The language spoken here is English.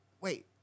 wait